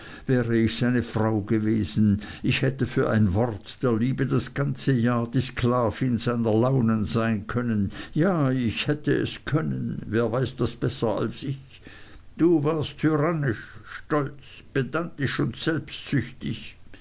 wäre ich seine frau gewesen ich hätte für ein wort der liebe das ganze jahr die sklavin seiner launen sein können ja ich hätte es können wer weiß das besser als ich du warst tyrannisch stolz pedantisch und selbstsüchtig